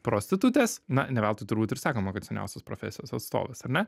prostitutės na neveltui turbūt ir sakoma kad seniausios profesijos atstovas ar ne